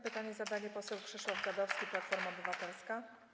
Pytanie zadaje poseł Krzysztof Gadowski, Platforma Obywatelska.